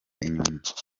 inyuma